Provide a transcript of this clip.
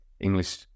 English